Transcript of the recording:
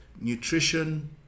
nutrition